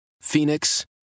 Phoenix